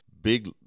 big